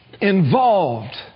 involved